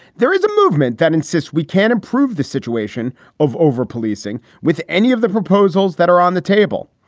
there is a movement that insists we can improve the situation of overpolicing with any of the proposals that are on the table.